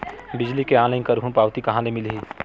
बिजली के ऑनलाइन करहु पावती कहां ले मिलही?